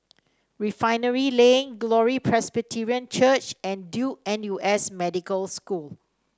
Refinery Lane Glory Presbyterian Church and Duke N U S Medical School